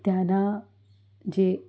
ત્યાંના જે